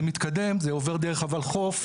זה מתקדם, זה עובר דרך הולחו"ף.